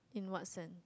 in what sense